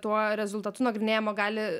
tuo rezultatu nagrinėjamo gali